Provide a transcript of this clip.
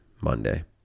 monday